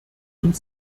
und